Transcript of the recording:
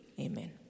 Amen